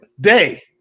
Day